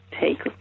take